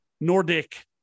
Nordic